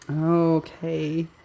Okay